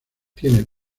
tiene